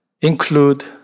include